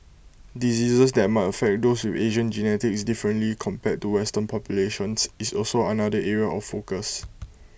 diseases that might affect those with Asian genetics differently compared to western populations is also another area of focus